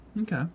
Okay